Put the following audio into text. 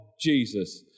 Jesus